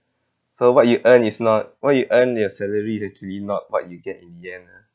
so what you earn is not what you earn your salary is actually not what you get in the end ah